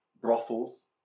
brothels